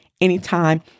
anytime